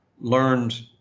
learned